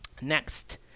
Next